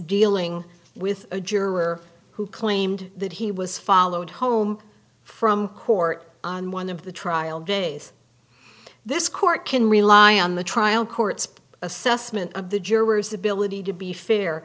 dealing with a juror who claimed that he was followed home from court on one of the trial days this court can rely on the trial court's assessment of the jurors ability to be fair